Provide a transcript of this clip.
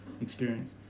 experience